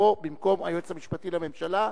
לבוא במקום היועץ המשפטי לממשלה,